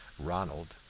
ronald,